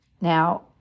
Now